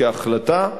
כהחלטה,